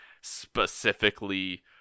specifically